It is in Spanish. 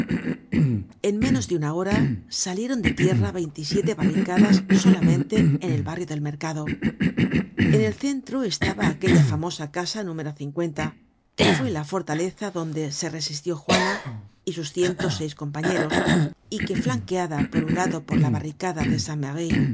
en menos de una hora salieron de tierra veintisiete barricadas solamente en el barrio del mercado en el centro estaba aquella famosa casa número que fue la fortaleza donde se resistió juana y sus ciento seis compañeros y que flanqueada por un lado por la barricada de